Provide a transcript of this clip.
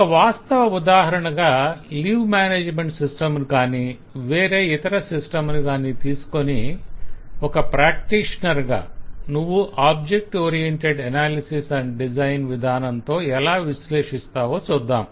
ఒక వాస్తవ ఉదాహరణగా లీవ్ మేనేజ్మెంట్ సిస్టం ను కాని వేరే ఇతర సిస్టం ను కాని తీసుకొని ఒక ప్రాక్టీషనర్ గా నువ్వు object oriented analysis and design విధానంతో ఎలా విశ్లేషిస్తావో చూద్దాం